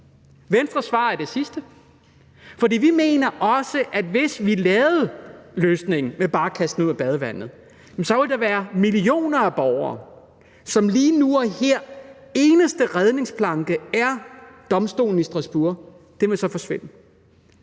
Venstres svar er det sidste, for vi mener også, at hvis vi lavede løsningen med bare at kaste den ud med badevandet, ville den forsvinde for de millioner af borgere, som lige nu og her som eneste redningsplanke har domstolen i Strasbourg. Hvad er det